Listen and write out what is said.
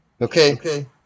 Okay